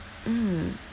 mm